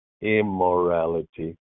Immorality